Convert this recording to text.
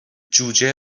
جوجه